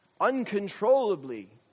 uncontrollably